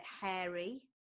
hairy